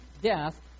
death